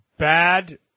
Bad